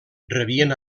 rebien